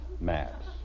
Maps